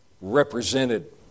represented